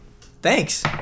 thanks